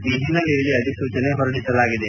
ಈ ಹಿನ್ನೆಲೆಯಲ್ಲಿ ಅಧಿಸೂಚನೆ ಹೊರಡಿಸಲಾಗಿದೆ